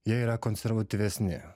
jie yra konservatyvesni